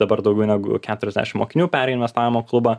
dabar daugiau negu keturiasdešim mokinių perėjo investavimo klubą